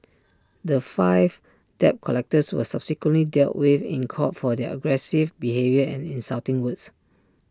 the five debt collectors were subsequently dealt with in court for their aggressive behaviour and insulting words